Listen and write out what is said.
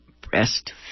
breast